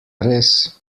res